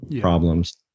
problems